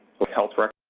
like health records.